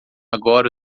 agora